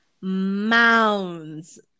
mounds